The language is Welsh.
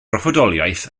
broffwydoliaeth